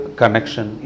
connection